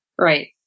Right